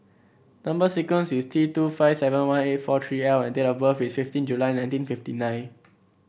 number sequence is T two five seven one eight four three L and date of birth is fifteen July nineteen fifty nine